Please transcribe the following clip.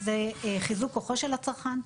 והוא חיזוק כוחו של הצרכן.